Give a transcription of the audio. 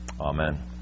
Amen